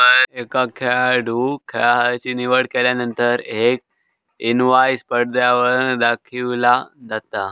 एका खेळाडूं खेळाची निवड केल्यानंतर एक इनवाईस पडद्यावर दाखविला जाता